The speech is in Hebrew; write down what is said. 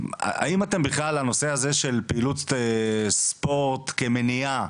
האם בכלל הנושא הזה של פעילות ספורט כמניעה,